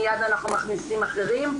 מיד אנחנו מכניסים אחרים,